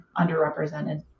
underrepresented